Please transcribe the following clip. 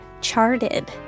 charted